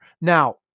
Now